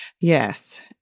Yes